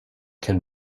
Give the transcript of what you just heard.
can